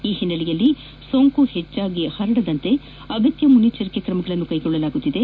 ಈ ಹಿನ್ನೆಲೆಯಲ್ಲಿ ಸೋಂಕು ಹೆಚ್ಚಾಗಿ ಪರಡದಂತೆ ಅಗತ್ಯ ಮುನ್ನೆಚ್ಚರಿಕೆ ಕ್ರಮಗಳನ್ನು ಕೈಗೊಳ್ಳಲಾಗುತ್ತಿದೆ